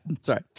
sorry